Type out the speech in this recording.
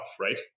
right